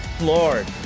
lord